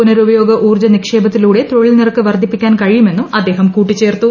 പുനരുപയോഗ ഉൌർജ നിക്ഷേപത്തിലൂടെ തൊഴിൽ നിരക്ക് വർധിപ്പിക്കാൻ കഴിയുമെന്നും അദ്ദേഹം കൂട്ടിച്ചേർത്തു